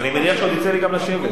ואני מניח שעוד יצא לי גם לשבת.